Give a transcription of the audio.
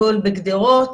הכול בגדרות,